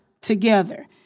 together